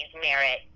merit